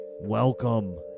welcome